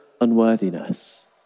unworthiness